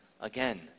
again